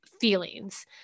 feelings